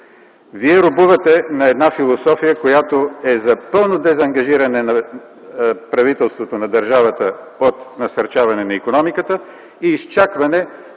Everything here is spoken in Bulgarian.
Вие робувате на една философия, която е за пълно дезангажиране на правителството, на държавата от насърчаване на икономиката и изчакване